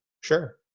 Sure